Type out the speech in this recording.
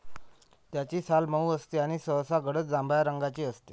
त्याची साल मऊ असते आणि सहसा गडद जांभळ्या रंगाची असते